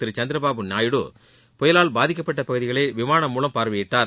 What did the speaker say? திரு சந்திரபாபு நாயுடு புயலால் பாதிக்கப்பட்ட பகுதிகளை விமானம் மூலம் பார்வையிட்டார்